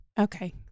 Okay